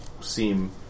seem